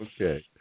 Okay